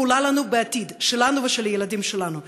היא עולה לנו בעתיד שלנו ושל הילדים שלנו.